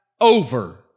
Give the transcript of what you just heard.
over